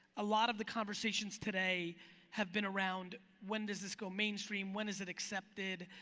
a lot of the conversations today have been around when does this go mainstream, when is it accepted?